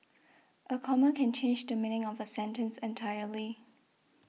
a comma can change the meaning of a sentence entirely